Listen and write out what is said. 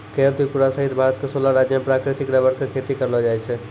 केरल त्रिपुरा सहित भारत के सोलह राज्य मॅ प्राकृतिक रबर के खेती करलो जाय छै